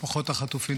משפחות החטופים,